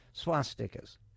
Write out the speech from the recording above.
swastikas